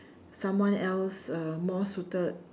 someone else uh more suited